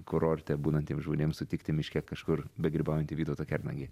kurorte būnantiems žmonėms sutikti miške kažkur begrybaujantį vytautą kernagį